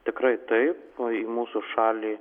tikrai taip o į mūsų šalį